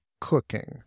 cooking